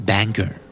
Banker